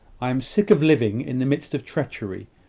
i am sick of living in the midst of treachery.